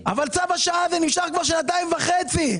אבל צו השעה הזה נמשך כבר שנתיים וחצי.